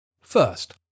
First